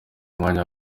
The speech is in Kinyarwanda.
mwanya